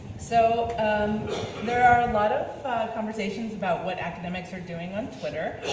so there are a lot of conversations about what academics are doing on twitter.